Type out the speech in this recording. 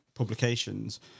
publications